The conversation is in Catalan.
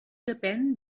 depén